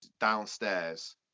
downstairs